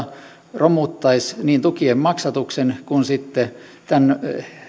romuttaisi niin tukien maksatuksen kuin sitten tämän